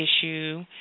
issue